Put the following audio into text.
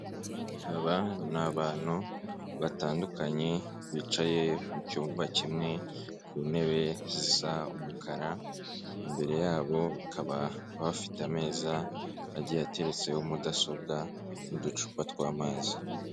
Aba ni abantu batandukanye, bicaye mu cyumba kimwe, ku ntebe zisa umukara, imbere yabo bakaba bafite ameza, agiye ateretseho mudasobwa, n'uducupa tw'amazi